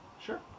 Sure